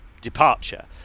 departure